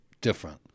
different